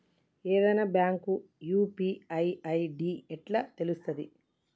ఏదైనా bank UPI ID ఎట్లా తెలుత్తది?